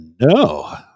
No